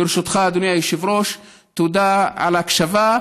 ברשותך, אדוני היושב-ראש, תודה על ההקשבה.